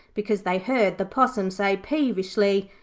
because they heard the possum say peevishly,